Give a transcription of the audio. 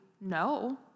no